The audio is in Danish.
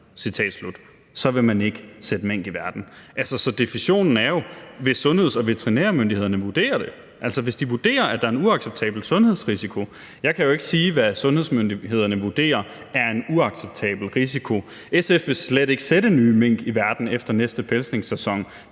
så vil man ikke sætte mink i verden. Så definitionen er jo, at det er, hvis sundheds- og veterinærmyndighederne vurderer det, altså hvis de vurderer, at der er en uacceptabel smitterisiko – jeg kan jo ikke sige, hvad sundhedsmyndighederne vurderer er en uacceptabel smitterisiko. SF vil slet ikke sætte nye mink i verden efter næste pelsningssæson.